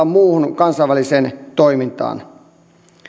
muuhun kansainväliseen toimintaan